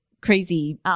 crazy